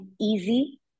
easy